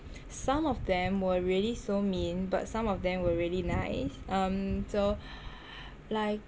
some of them were really so mean but some of them were really nice um so like